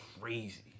crazy